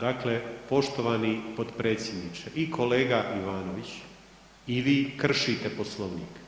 Dakle, poštovani potpredsjedniče, i kolega Ivanović i vi kršite Poslovnik.